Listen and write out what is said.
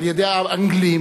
על-ידי האנגלים,